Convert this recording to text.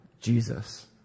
Jesus